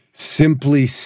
Simply